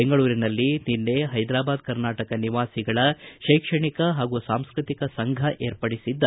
ಬೆಂಗಳೂರಿನಲ್ಲಿ ನಿನ್ನೆ ಹೈದಾರಾಬಾದ್ ಕರ್ನಾಟಕ ನಿವಾಸಿಗಳ ಶೈಕ್ಷಣಿಕ ಹಾಗೂ ಸಾಂಸ್ಕೃತಿಕ ಸಂಘ ಏರ್ಪಡಿಸಿದ್ದ